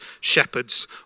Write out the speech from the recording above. shepherds